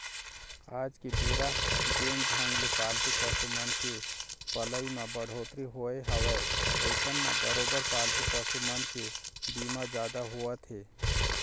आज के बेरा जेन ढंग ले पालतू पसु मन के पलई म बड़होत्तरी होय हवय अइसन म बरोबर पालतू पसु मन के बीमा जादा होवत हे